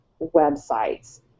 websites